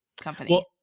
company